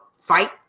fight